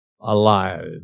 alive